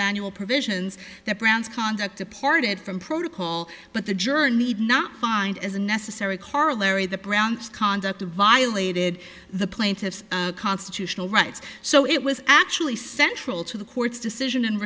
manual provisions that brown's conduct departed from protocol but the journeyed not find as a necessary corollary the browns conduct the violated the plaintiff's constitutional rights so it was actually central to the court's decision and